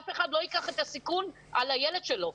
אף אחד לא ייקח את הסיכון על הילד שלו,